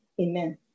Amen